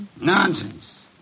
Nonsense